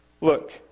look